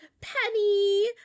Penny